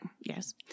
Yes